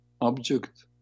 object